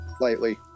lightly